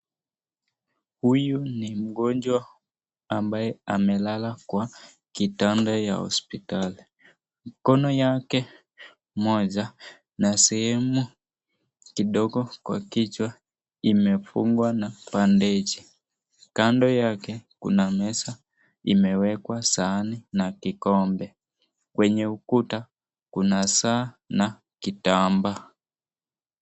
Huyu ni mgonjwa ambaye amelala kwa kitanda ya hospitali. Mkono wake moja umefungwa na bendeji. Kando yake kuna meza imeekwa sahani na kikombe. Kwenye ukuta kuna saa na kitambaa.